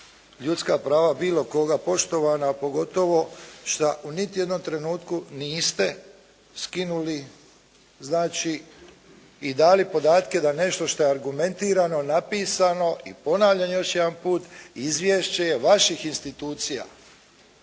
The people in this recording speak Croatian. ljudska prava bilo koga poštovana, a pogotovo što niti u jednom trenutku niste skinuli znači i dali podatke da nešto što je argumentirano, napisano i ponavljam još jedanput izvješće vaših institucija,